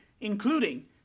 including